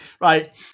Right